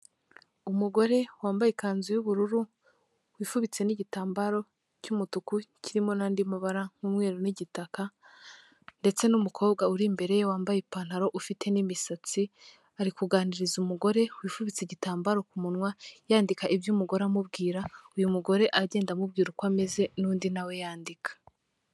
Umugore wambaye ikanzu y'ubururu wifubitse n'igitambaro cy'umutuku kirimo n'andi mabara, umweru n'igitaka, ndetse n'umukobwa uri imbere ye wambaye ipantaro ufite n'imisatsi, ari kuganiriza umugore wifubitse igitambaro ku munwa, yandika ibyo umugore amubwira, uyu mugore agenda amubwira uko ameze, n'undi nawe yandika.